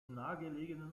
nahegelegenen